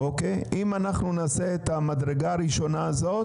אוקיי, אם אנחנו נעשה את המדרגה הראשונה הזאת,